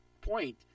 point